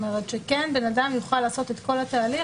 שכן בן אדם יוכל לעשות את כל התהליך,